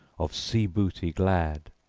of sea-booty glad,